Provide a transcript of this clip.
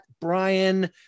Brian